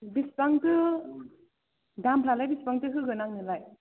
बेसेबांथो दामफ्रालाय बेसेबांथो होगोन आंनोलाय